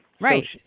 Right